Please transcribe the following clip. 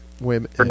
women